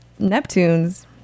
Neptunes